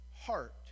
heart